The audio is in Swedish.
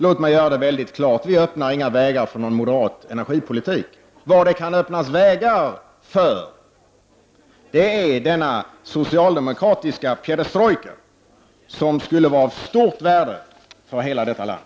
Låt mig mycket klart säga: Vi öppnar inga vägar för en moderat energipolitik. Vad det kan öppnas vägar för är den socialdemokratiska perestrojkan, som skulle vara av stort värde för hela vårt land.